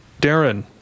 Darren